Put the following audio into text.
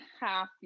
half